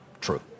true